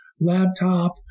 laptop